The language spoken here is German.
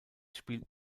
spielt